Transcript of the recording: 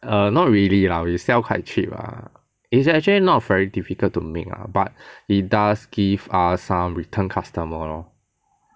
err not really lah we sell quite cheap lah it's actually not very difficult to make lah but it does give us some return customer lor